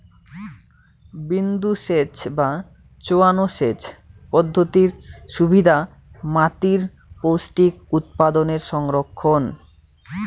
বিন্দুসেচ বা চোঁয়ানো সেচ পদ্ধতির সুবিধা মাতীর পৌষ্টিক উপাদানের সংরক্ষণ